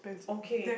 okay